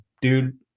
dude